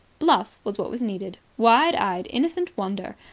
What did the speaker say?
bluff was what was needed. wide-eyed, innocent wonder.